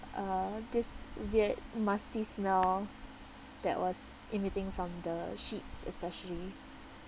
uh this weird musty smell that was emitting from the sheets especially